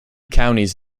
counties